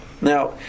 Now